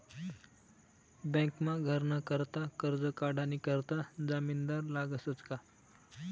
बँकमा घरनं करता करजं काढानी करता जामिनदार लागसच का